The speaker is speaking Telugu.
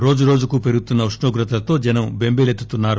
రోజురోజుకు పెరుగుతున్న ఉష్ణోగ్రతలతో జనం బెంబేలెత్తుతున్నారు